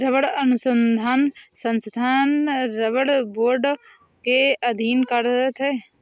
रबड़ अनुसंधान संस्थान रबड़ बोर्ड के अधीन कार्यरत है